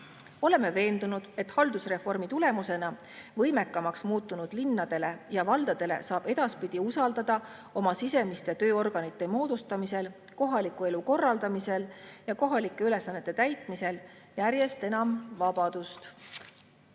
Oleme veendunud, et haldusreformi tulemusena võimekamaks muutunud linnadele ja valdadele saab edaspidi usaldada oma sisemiste tööorganite moodustamisel, kohaliku elu korraldamisel ja kohalike ülesannete täitmisel järjest enam vabadust.